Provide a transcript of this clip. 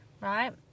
right